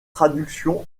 traduction